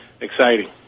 exciting